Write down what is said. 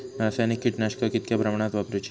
रासायनिक कीटकनाशका कितक्या प्रमाणात वापरूची?